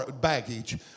baggage